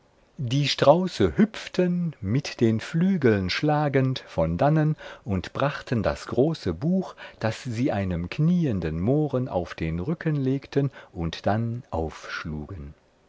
die strauße hüpften mit den flügeln schlagend von dannen und brachten das große buch das sie einem knienden mohren auf den rücken legten und dann aufschlugen